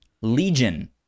Legion